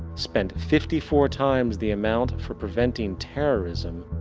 spent fifty four times the amount for preventing terrorism,